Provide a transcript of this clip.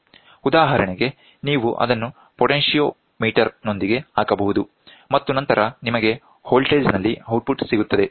ಉದಾಹರಣೆಗೆ ನೀವು ಅದನ್ನು ಪೊಟೆನ್ಟಿಯೊಮೀಟರ್ ನೊಂದಿಗೆ ಹಾಕಬಹುದು ಮತ್ತು ನಂತರ ನಿಮಗೆ ವೋಲ್ಟೇಜ್ ನಲ್ಲಿ ಔಟ್ಪುಟ್ ಸಿಗುತ್ತದೆ